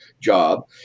job